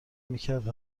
میکرد